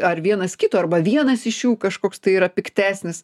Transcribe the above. ar vienas kito arba vienas iš jų kažkoks tai yra piktesnis